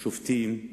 שופטים,